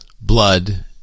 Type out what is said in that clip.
blood